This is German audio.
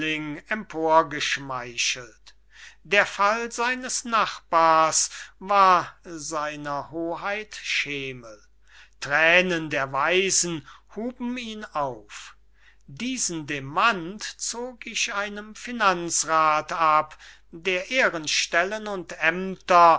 empor geschmeichelt der fall seines nachbars war seiner hoheit schemel thränen der waisen huben ihn auf diesen demant zog ich einem finanzrath ab der ehrenstellen und aemter